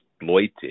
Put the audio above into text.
exploited